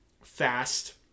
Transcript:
Fast